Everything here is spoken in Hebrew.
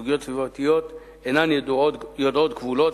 סוגיות סביבתיות אינן יודעות גבולות,